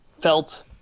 felt